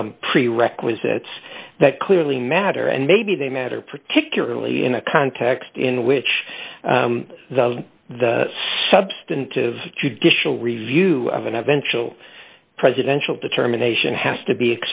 prerequisites that clearly matter and maybe they matter particularly in a context in which the substantive judicial review of an eventual presidential determination has to be